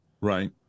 Right